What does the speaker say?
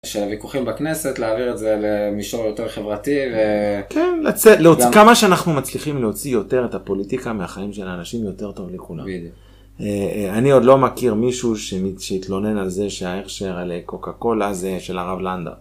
של הוויכוחים בכנסת, להעביר את זה למישור יותר חברתי. כן, כמה שאנחנו מצליחים להוציא יותר את הפוליטיקה מהחיים של האנשים, יותר טוב לכולם. אני עוד לא מכיר מישהו שהתלונן על זה שההכשר על קוקה קולה זה של הרב לנדא.